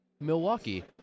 Milwaukee